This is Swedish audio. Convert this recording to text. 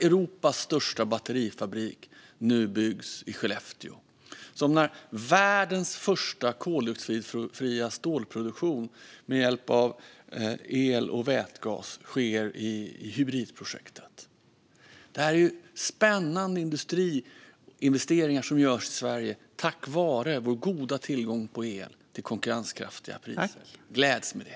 Europas största batterifabrik byggs nu i Skellefteå, och världens första koldioxidfria stålproduktion sker med hjälp av el och vätgas i Hybritprojektet. Spännande industriinvesteringar görs i Sverige tack vare vår goda tillgång till el till konkurrenskraftiga priser. Gläds med det!